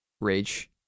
rage